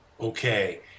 okay